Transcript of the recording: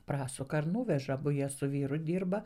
prasuka ir nuveža abu jie su vyru dirba